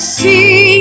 see